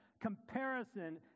Comparison